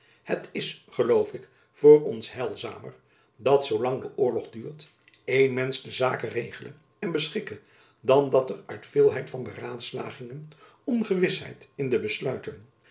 het is geloof ik voor ons heilzamer dat zoolang de oorlog duurt één mensch de zaken regele en beschikke dan dat er uit veelheid van beraadslagingen ongewisheid in de besluiten